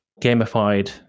gamified